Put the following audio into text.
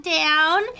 down